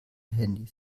handys